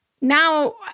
now